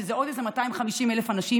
שזה עוד איזה 250,000 אנשים,